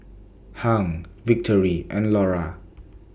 Hung Victory and Laura